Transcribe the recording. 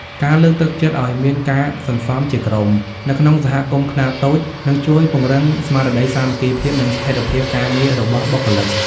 ការលើកទឹកចិត្តឱ្យមាន "ការសន្សំជាក្រុម" នៅក្នុងសហគ្រាសខ្នាតតូច នឹងជួយពង្រឹងស្មារតីសាមគ្គីភាព និងស្ថិរភាពការងាររបស់បុគ្គលិក។